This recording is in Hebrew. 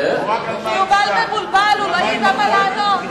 הוא לא ידע מה לענות.